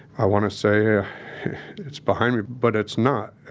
i wanna say ah it's behind me, but it's not.